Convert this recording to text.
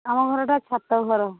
ଆମ ଘରଟା ଛାତ ଘର